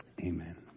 Amen